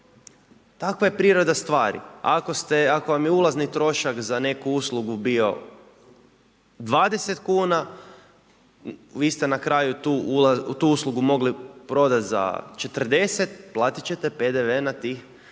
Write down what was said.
Takva je priroda stvari. Ako vam je ulazni trošak za neku uslugu bio 20 kuna, vi ste na kraju tu uslugu mogli prodati za 40, platiti ćete OPDV na tih